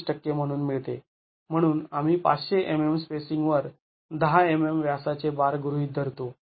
२५ टक्के म्हणून मिळते म्हणून आम्ही ५०० mm स्पेसिंगवर १० mm व्यासाचे बार गृहीत धरतो